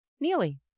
Neely